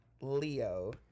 leo